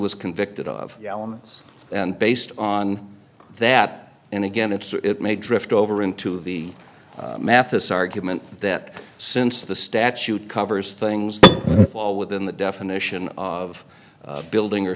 was convicted of the elements and based on that and again it's it may drift over into the mathis argument that since the statute covers things fall within the definition of building or